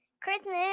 Christmas